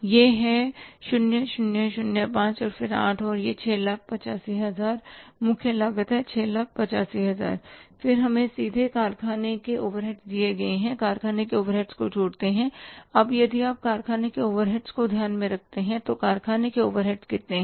यह है 0 0 0 5 और फिर 8 और फिर 685000 मुख्य लागत है 685000 फिर हमें सीधे कारखाने के ओवरहेड्स दिए जाते हैं कारखाने के ओवरहेड्स को जोड़ते हैं अब यदि आप कारखाने के ओवरहेड्स को ध्यान में रखते हैं तो कारखाने के ओवरहेड्स कितने हैं